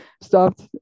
stopped